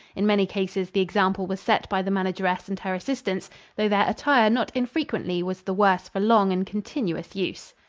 in many cases the example was set by the manageress and her assistants, though their attire not infrequently was the worse for long and continuous use.